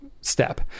step